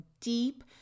deep